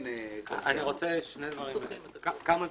אני רוצה להגיד כמה דברים.